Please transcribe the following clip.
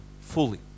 fully